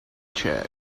check